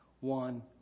one